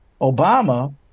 Obama